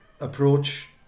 approach